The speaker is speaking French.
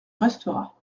restera